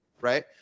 Right